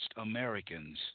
Americans